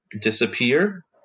Disappear